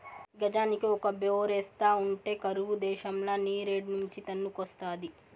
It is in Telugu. గజానికి ఒక బోరేస్తా ఉంటే కరువు దేశంల నీరేడ్నుంచి తన్నుకొస్తాది